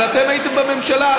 אבל אתם הייתם בממשלה.